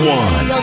one